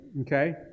okay